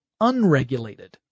unregulated